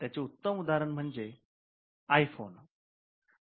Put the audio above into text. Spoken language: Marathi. याचे उत्तम उदाहरण म्हणजे आयफोन I भ्रमणध्वनी